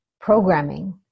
programming